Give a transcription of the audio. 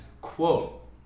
quote